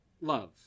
love